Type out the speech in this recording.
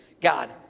God